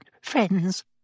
friends